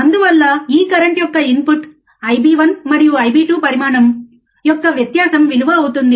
అందువల్ల ఈ కరెంట్ యొక్క ఇన్పుట్ I b1 మరియు I b2 పరిమాణం యొక్క వ్యత్యాసం విలువ అవుతుంది